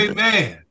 Amen